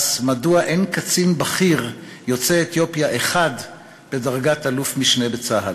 אז מדוע אין קצין בכיר יוצא אתיופיה אחד בדרגת אלוף-משנה בצה"ל?